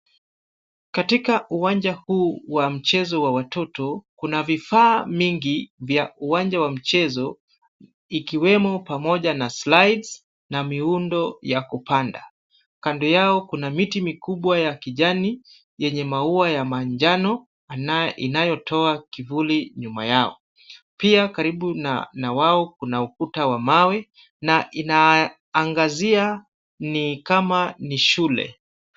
Katika uwanja huu wa mchezo wa watoto kuna vifaa mingi vya uwanja wa mchezo ikiwemo pamoja na slides na miundo ya kupanda. Kando yao kuna miti mikubwa ya kijani yenye maua ya manjano inayotoa kivuli nyuma yao. Pia karibu na wao kuna ukuta wa mawe na inaangazia ni kama ni shule.